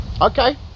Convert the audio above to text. okay